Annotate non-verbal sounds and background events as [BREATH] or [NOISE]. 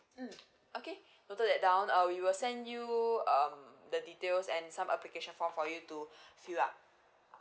mm okay noted that down uh we will send you um the details and some application form for you to [BREATH] fill up